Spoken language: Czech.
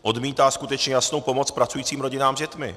Odmítá skutečně jasnou pomoc pracujícím rodinám s dětmi.